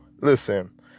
Listen